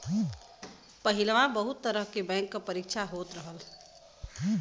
पहिलवा बहुत तरह के बैंक के परीक्षा होत रहल